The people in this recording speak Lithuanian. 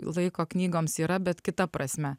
laiko knygoms yra bet kita prasme